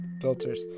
filters